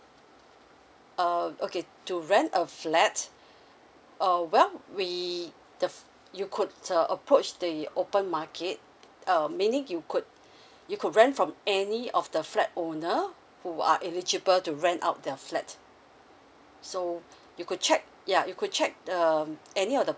uh okay to rent a flat uh well we the fi~ you could approach the open market um meaning you could you could rent from any of the flat owner who are eligible to rent out their flat so you could check yeah you could check um any of the